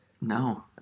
No